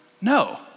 No